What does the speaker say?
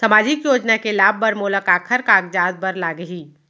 सामाजिक योजना के लाभ बर मोला काखर कागजात बर लागही?